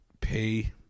pay